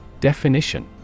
Definition